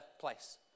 place